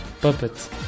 Puppet